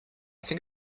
think